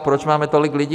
Proč tam máme tolik lidí?